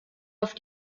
auf